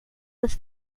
was